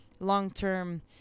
long-term